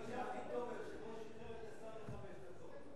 האם הקשבתי טוב והיושב-ראש שחרר את השר לחמש דקות?